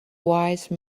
wise